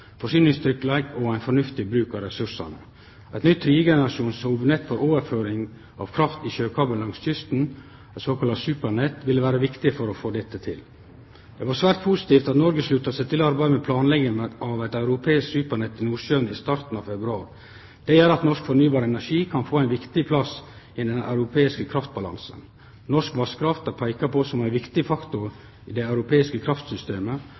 forsyningstryggleik og ein fornuftig bruk av ressursane. Eit nytt 3. generasjons hovudnett for overføring av kraft i sjøkabel langs kysten, eit såkalla supernett, vil vere viktig for å få dette til. Det er svært positivt at Noreg slutta seg til arbeidet med planlegging av eit europeisk supernett i Nordsjøen i starten av februar. Det gjer at norsk fornybar energi kan få ein viktig plass i den europeiske kraftbalansen. Norsk vasskraft er peika på som ein viktig faktor i det europeiske kraftsystemet,